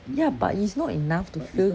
ya but it's not enough to fill